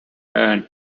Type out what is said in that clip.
urn